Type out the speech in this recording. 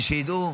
בשביל שידעו.